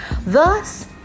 Thus